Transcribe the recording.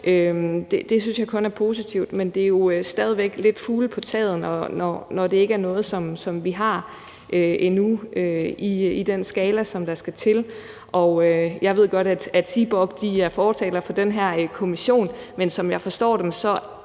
det synes jeg kun er positivt. Men det er jo stadig væk lidt fugle på taget, når det ikke er noget, som vi har endnu i den skala, som der skal til. Jeg ved godt, at Seaborg er fortalere for den her kommission, men som jeg forstår dem,